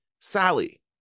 Sally